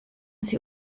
sie